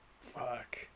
fuck